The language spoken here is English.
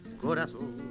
corazón